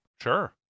Sure